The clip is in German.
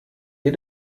ihr